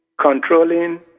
controlling